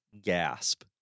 Gasp